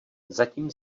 zatím